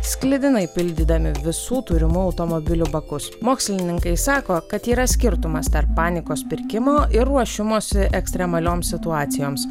sklidinai pildydami visų turimų automobilių bakus mokslininkai sako kad yra skirtumas tarp panikos pirkimo ir ruošimosi ekstremalioms situacijoms